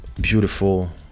beautiful